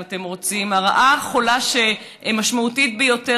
אם אתם רוצים: הרעה החולה המשמעותית ביותר